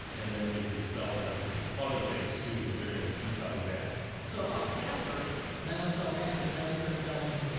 and then we can sell them other things, too, cause they're gonna keep coming back. so if i'm casper and i only sell a mattress, now they start selling,